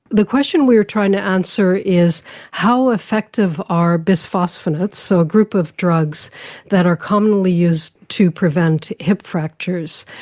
the question we were trying to answer is how effective are bisphosphonates, so a group of drugs that are commonly used to prevent hip fractures,